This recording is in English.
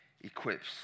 equips